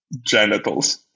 genitals